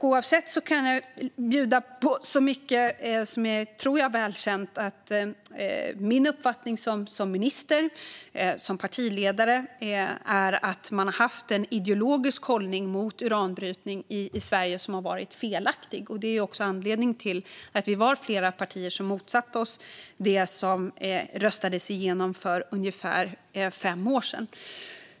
Oavsett kan jag bjuda på något som jag tror är väl känt, nämligen att min uppfattning som minister och partiledare är att man har haft en ideologisk hållning mot uranbrytning i Sverige som har varit felaktig. Detta är anledningen till att vi var flera partier som motsatte oss det som röstades igenom för ungefär fem år sedan.